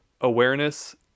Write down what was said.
awareness